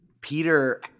Peter